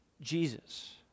Jesus